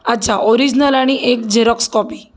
अच्छा ओरिजनल आणि एक झेरॉक्स कॉपी